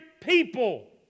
people